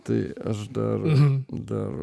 tai aš dar dar